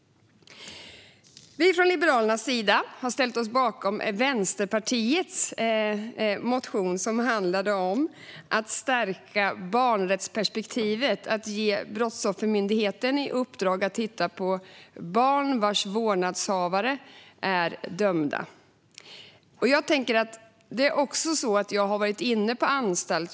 Vi från Liberalerna har ställt oss bakom Vänsterpartiets motion om att stärka barnrättsperspektivet, det vill säga att ge Brottsoffermyndigheten i uppdrag att titta på barn vars vårdnadshavare är dömda. Jag har varit inne på anstalt.